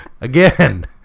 again